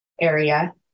area